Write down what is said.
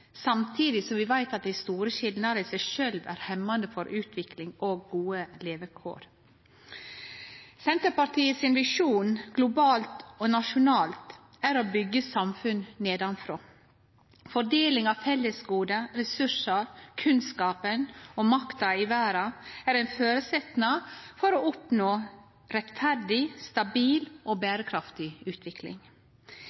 samtidig som vi veit at store skilnader i seg sjølv er hemmande for utvikling og gode levekår. Senterpartiets visjon globalt og nasjonalt er å byggje samfunn nedanfrå. Fordeling av fellesgoda, ressursane, kunnskapen og makta i verda er ein føresetnad for å oppnå rettferdig, stabil og